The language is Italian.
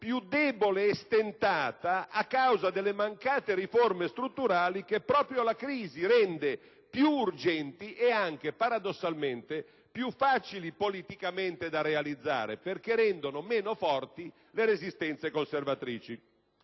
più debole e stentata, a causa delle mancate riforme strutturali che proprio la crisi rende più urgenti e anche, paradossalmente, più facili politicamente da realizzare, perché rendono meno forti le resistenze conservatrici.